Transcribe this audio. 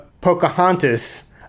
Pocahontas